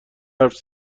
حرف